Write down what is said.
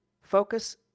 Focus